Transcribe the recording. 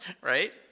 right